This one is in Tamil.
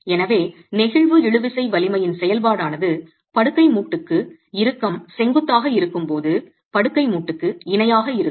எனவே நெகிழ்வு இழுவிசை வலிமையின் செயல்பாடு ஆனது படுக்கை மூட்டுக்கு இறுக்கம் செங்குத்தாக இருக்கும்போது படுக்கை மூட்டுக்கு இணையாக இருக்கும்